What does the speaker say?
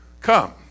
come